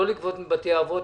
כך גם לא לגבות מבתי האבות,